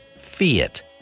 Fiat